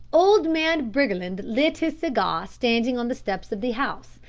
old man briggerland lit his cigar standing on the steps of the house.